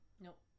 Nope